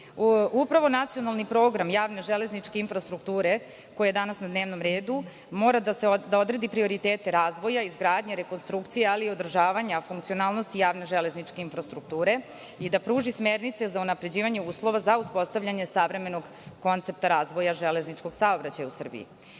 godina. Upravo nacionalni program javne železničke infrastrukture, koji je danas na dnevnom redu, mora da odredi prioritete razvoja, izgradnja i rekonstrukcija, ali i održavanja funkcionalnosti javne železničke infrastrukture i da pruži smernice za unapređivanje uslova za uspostavljanje savremenog koncepta razvoja železničkog saobraćaja u